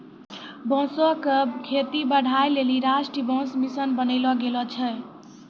बांसो क खेती बढ़ाय लेलि राष्ट्रीय बांस मिशन बनैलो गेलो छै